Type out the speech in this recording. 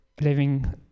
living